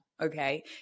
okay